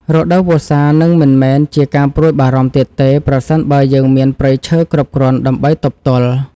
រដូវវស្សានឹងមិនមែនជាការព្រួយបារម្ភទៀតទេ ប្រសិនបើយើងមានព្រៃឈើគ្រប់គ្រាន់ដើម្បីទប់ទល់។